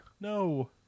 No